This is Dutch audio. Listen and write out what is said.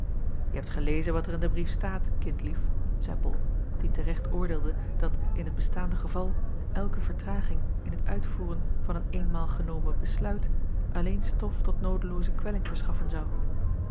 e hebt gelezen wat er in den brief staat kindlief zeî ol die te recht oordeelde dat in het bestaande geval elke vertraging in het uitvoeren van een eenmaal genomen besluit alleen stof tot noodelooze kwelling verschaffen zou